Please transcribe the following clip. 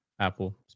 Apple